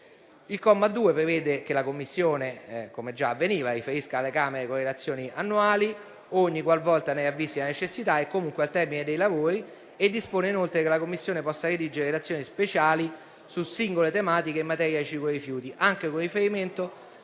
Il comma 2 prevede che la Commissione, come già avveniva, riferisca alle Camere con relazioni annuali o ogniqualvolta ne ravvisi la necessità e, comunque, al termine dei suoi lavori. Inoltre, dispone che la Commissione possa redigere relazioni speciali su singole tematiche in materia di ciclo dei rifiuti, anche con riferimento